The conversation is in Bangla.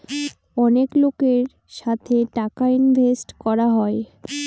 অনেক লোকের সাথে টাকা ইনভেস্ট করা হয়